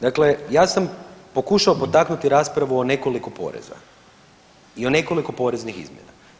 Dakle, ja sam pokušao potaknuti raspravu o nekoliko poreza i o nekoliko poreznih izmjena.